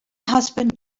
husband